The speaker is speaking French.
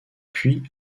puis